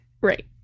Right